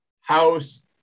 house